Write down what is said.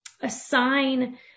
assign